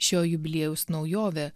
šio jubiliejaus naujovė